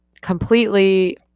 completely